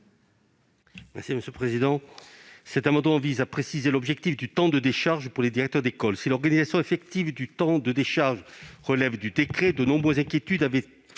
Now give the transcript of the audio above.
est à M. Max Brisson. Cet amendement vise à préciser l'objectif de la décharge pour les directeurs d'école. Si l'organisation effective des temps de décharge relève du décret, de nombreuses inquiétudes se sont